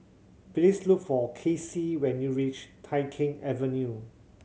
please look for Kacey when you reach Tai Keng Avenue